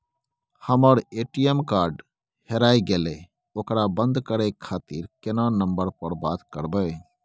हमर ATM card हेराय गेले ओकरा बंद करे खातिर केना नंबर पर बात करबे?